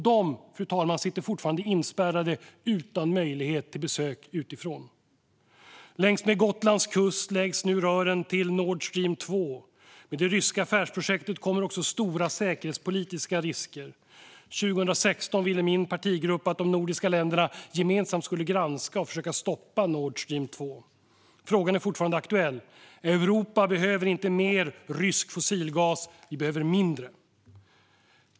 De sitter fortfarande inspärrade utan möjlighet till besök utifrån. Längs med Gotlands kust läggs nu rören till Nord Stream 2. Det ryska affärsprojektet innebär stora säkerhetspolitiska risker. År 2016 ville min partigrupp att de nordiska länderna gemensamt skulle granska och försöka stoppa Nord Stream 2. Frågan är fortfarande aktuell. Europa behöver inte mer rysk fossilgas; vi behöver mindre.